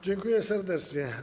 Dziękuję serdecznie.